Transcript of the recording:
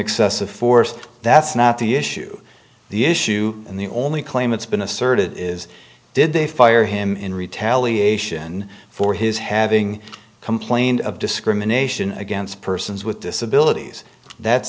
excessive force that's not the issue the issue and the only claim it's been asserted is did they fire him in retaliation for his having complained of discrimination against persons with disabilities that's